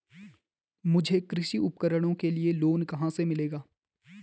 मुझे कृषि उपकरणों के लिए लोन कहाँ से मिलेगा?